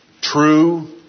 true